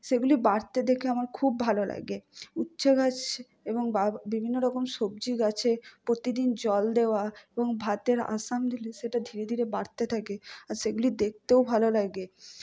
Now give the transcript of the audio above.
সেগুলি বাড়তে দেখে আমার খুব ভালো লাগে উচ্ছে গাছ এবং বিভিন্ন রকম সবজি গাছে প্রতিদিন জল দেওয়া এবং ভাতের দিলে সেটা ধীরে ধীরে বাড়তে থাকে আর সেগুলি দেখতেও ভালো লাগে